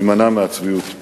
להימנע מהצביעות.